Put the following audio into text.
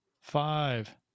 five